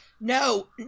No